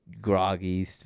groggy